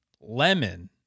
lemon